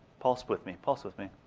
pulse with me, pulse with me.